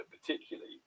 particularly